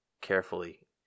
Carefully